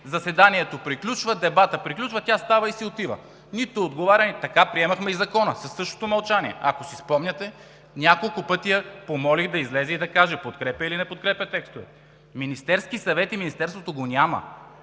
заседанието приключва, дебатът приключва, тя става и си отива, нито отговаря. Така приехме и Закона – със същото мълчание. Ако си спомняте, няколко пъти я помолих да излезе и да каже подкрепя или не подкрепя текстовете. Министерският съвет и Министерството ги няма!